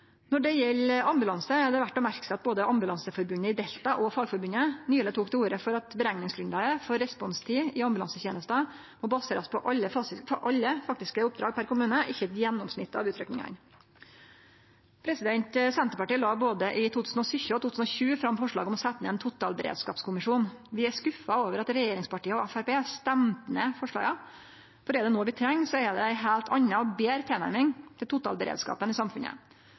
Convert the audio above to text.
Når det gjeld ambulanse, er det verdt å merke seg at både Ambulanseforbundet i Delta og Fagforbundet nyleg tok til orde for at berekningsgrunnlaget for responstid i ambulansetenesta må baserast på alle faktiske oppdrag per kommune, ikkje eit gjennomsnitt av utrykkingane. Senterpartiet la både i 2017 og i 2020 fram forslag om å setje ned ein totalberedskapskommisjon. Vi er skuffa over at regjeringspartia og Framstegspartiet stemte ned framlegga, for er det noko vi treng, er det ei heilt anna og betre tilnærming til totalberedskapen i samfunnet.